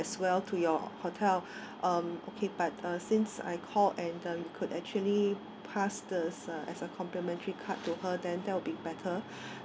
as well to your hotel um okay but uh since I called and uh you could actually pass this uh as a complimentary card to her then that will be better